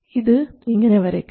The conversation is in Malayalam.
ഇത് ഇങ്ങനെ വരയ്ക്കാം